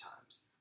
times